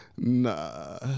Nah